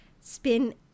spin